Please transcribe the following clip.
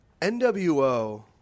NWO